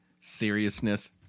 seriousness